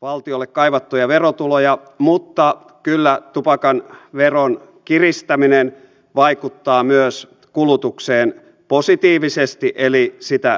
valtiolle kaivattuja verotuloja mutta kyllä tupakan veron kiristäminen vaikuttaa myös kulutukseen positiivisesti eli sitä vähentävästi